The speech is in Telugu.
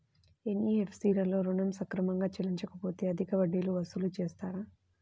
ఎన్.బీ.ఎఫ్.సి లలో ఋణం సక్రమంగా చెల్లించలేకపోతె అధిక వడ్డీలు వసూలు చేస్తారా?